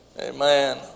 Amen